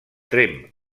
tremp